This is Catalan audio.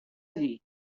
dir